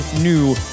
new